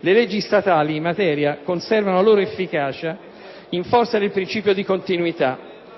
le leggi statali in materia conservano la loro efficacia, in forza del principio di continuità,